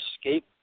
Escape